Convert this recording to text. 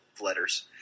Letters